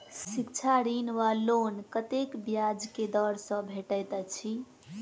शिक्षा ऋण वा लोन कतेक ब्याज केँ दर सँ भेटैत अछि?